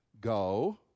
go